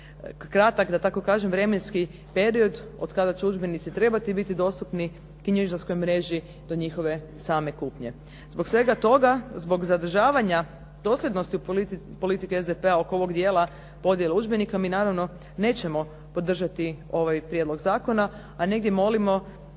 kratak da tko kažem vremenski period od kada će udžbenici trebati biti dostupni knjižarskoj mreži do njihove same kupnje. Zbog svega toga, zbog zadržavanja dosljednosti politike SDP-a oko ovog dijela podjele udžbenika, mi naravno nećemo podržati ovaj prijedlog zakona, a negdje molimo